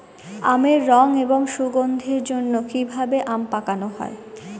আমের রং এবং সুগন্ধির জন্য কি ভাবে আম পাকানো হয়?